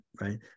right